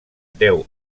deu